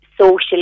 socially